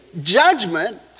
judgment